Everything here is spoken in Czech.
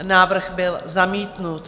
Návrh byl zamítnut.